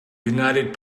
united